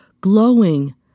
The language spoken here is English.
glowing